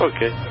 Okay